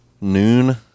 noon